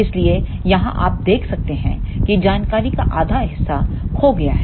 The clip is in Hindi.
इसलिए यहां आप देख सकते हैं कि जानकारी का आधा हिस्सा खो गया है